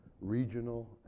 regional